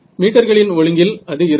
மீட்டர்களின் ஒழுங்கில் அது இருக்கும்